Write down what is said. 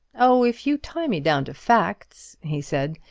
oh, if you tie me down to facts, he said,